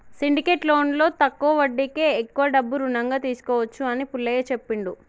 syndicate లోన్లో తక్కువ వడ్డీకే ఎక్కువ డబ్బు రుణంగా తీసుకోవచ్చు అని పుల్లయ్య చెప్పిండు